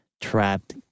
trapped